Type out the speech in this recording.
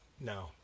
no